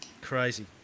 Crazy